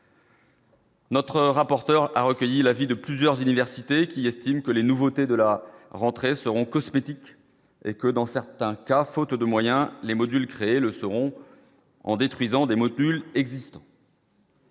Notre rapporteur a recueilli l'avis de plusieurs universités qui estime que les nouveautés de la rentrée seront cosmétique et que dans certains cas, faute de moyens, les modules créés le seront en détruisant des modules existants.